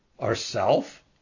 Ourself